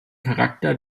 charakter